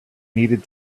needed